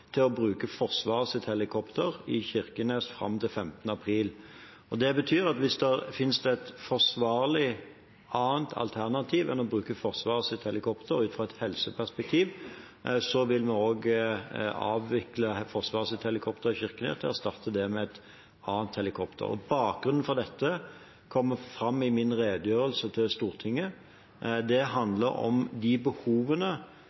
til å bruke Forsvarets helikopter i Kirkenes fram til 15. april. Det betyr at hvis det ut fra et helseperspektiv finnes et annet forsvarlig alternativ enn å bruke Forsvarets helikopter, vil vi avvikle Forsvarets helikopter i Kirkenes og erstatte det med et annet helikopter. Bakgrunnen for dette kommer fram i min redegjørelse til Stortinget. Det handler om de behovene